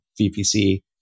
VPC